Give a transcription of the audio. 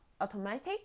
automatic